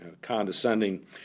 condescending